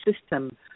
system